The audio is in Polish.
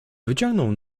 wyciągnął